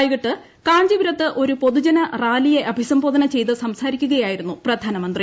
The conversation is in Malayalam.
വൈകിട്ട് കാഞ്ചീപുരത്ത് ഒരു പൊതുജന റാലിയെ അഭിസംബോധന ചെയ്ത് സംസാരിക്കുകയാ യിരുന്നു പ്രധാനമന്ത്രി